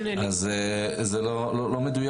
אז הם לא יכולים